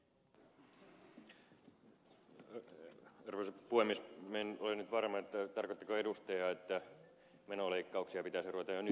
minä en ole nyt varma tarkoittiko edustaja että menoleikkauksia pitäisi ruveta jo nyt tekemään